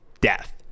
death